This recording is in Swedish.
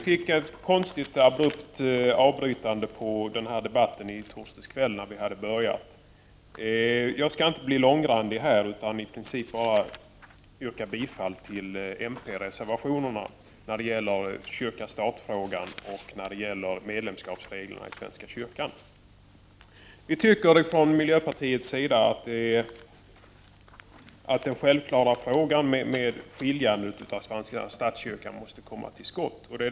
Fru talman! Vi påbörjade den här debatten i torsdags kväll, och det blev ett konstigt och abrubt avbrytande av den. Jag skall inte bli långrandig här, utan i princip bara yrka bifall till miljöpartiets reservationer när det gäller kyrka-stat-frågan och reglerna för medlemsskap i svenska kyrkan. Vi tycker från miljöpartiets sida att man måste komma till skott i den självklara frågan om kyrkans skiljande från staten.